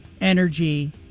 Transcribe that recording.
energy